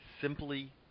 simply